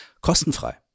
kostenfrei